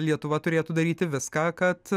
lietuva turėtų daryti viską kad